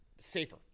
safer